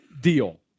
deal